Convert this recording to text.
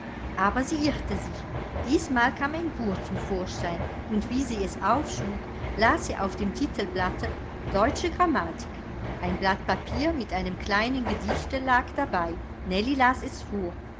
aber sie irrte sich diesmal kam ein buch zum vorschein und wie sie es aufschlug las sie auf dem titelblatte deutsche grammatik ein blatt papier mit einem kleinen gedichte lag dabei nellie las es vor